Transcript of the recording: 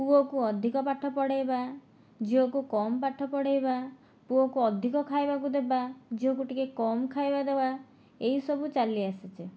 ପୁଅକୁ ଅଧିକ ପାଠ ପଢ଼ାଇବା ଝିଅକୁ କମ୍ ପାଠ ପଢ଼ାଇବା ପୁଅକୁ ଅଧିକ ଖାଇବାକୁ ଦେବା ଝିଅକୁ ଟିକେ କମ୍ ଖାଇବା ଦେବା ଏହି ସବୁ ଚାଲି ଆସିଛି